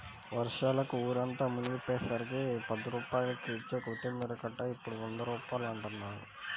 వర్షాలకి ఊరంతా మునిగిపొయ్యేసరికి పది రూపాయలకిచ్చే కొత్తిమీర కట్ట ఇప్పుడు వంద రూపాయలంటన్నారు